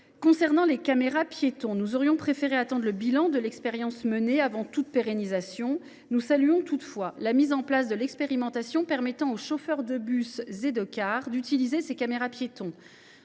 le recours aux caméras piétons, nous aurions préféré attendre le bilan de l’expérience qui est en cours avant toute pérennisation. Nous saluons toutefois la mise en place de l’expérimentation permettant aux chauffeurs de bus et de car d’utiliser un tel dispositif.